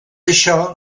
això